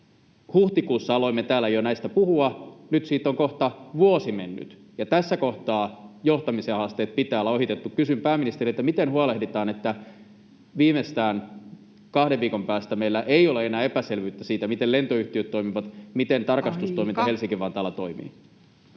huhtikuussa aloimme täällä näistä puhua, nyt siitä on kohta vuosi mennyt, ja tässä kohtaa johtamisen haasteet pitää olla ohitettu. Kysyn pääministeriltä: miten huolehditaan, että viimeistään kahden viikon päästä meillä ei ole enää epäselvyyttä siitä, miten lentoyhtiöt toimivat, [Puhemies: Aika] miten tarkastustoiminta Helsinki-Vantaalla toimii?